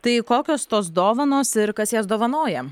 tai kokios tos dovanos ir kas jas dovanoja